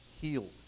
healed